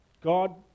God